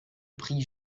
prix